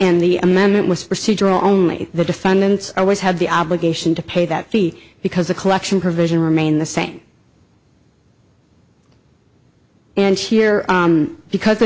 and the amendment was for see draw only the defendants always had the obligation to pay that fee because the collection provision remained the same and here because the